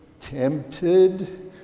tempted